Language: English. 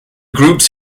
groups